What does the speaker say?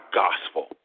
gospel